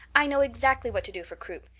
i know exactly what to do for croup.